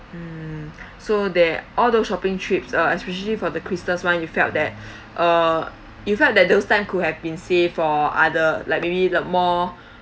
mm so there all those shopping trips uh especially for the crystals [one] you felt that uh you felt that those time could have been saved for other like maybe the more